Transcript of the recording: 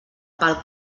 pel